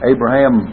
Abraham